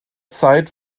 zeit